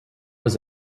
was